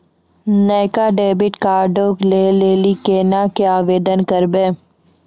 नयका डेबिट कार्डो लै लेली केना के आवेदन करबै?